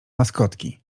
maskotki